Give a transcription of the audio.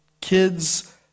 kids